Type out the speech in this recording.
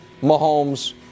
Mahomes